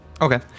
Okay